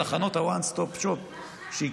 בתחנות ה-one stop shop שהקמנו,